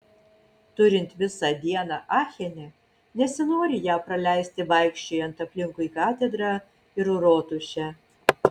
turint visą dieną achene nesinori ją praleisti vaikščiojant aplinkui katedrą ir rotušę